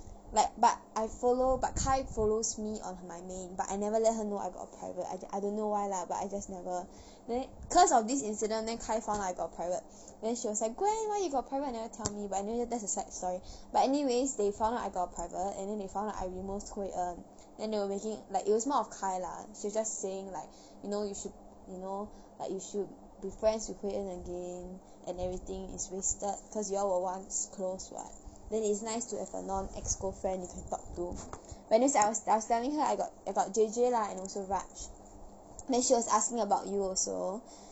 but but I follow but kai follows me on he~ my main but I never let her know I got a private I I don't know why lah but I just never then cause of this incident then kai found I got private then she was like gwen why you got you never tell me but anyway that's a side story but anyways they found out I got a private and then they found out I removed hui en then they were making like it was more of kai lah she just saying like you know you should you know like you should be friends with hui en again and everything is wasted cause you all were once close [what] then it's nice to have a non ex girlfriend you can talk to but at least I was I was telling her I got I got about J J lah and also raj then she was asking about you also